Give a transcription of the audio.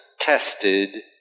tested